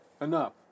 Enough